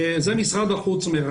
את זה מרכז משרד החוץ.